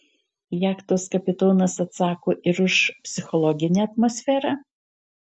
jachtos kapitonas atsako ir už psichologinę atmosferą